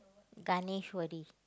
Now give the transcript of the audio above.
Ganesh worry